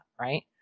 right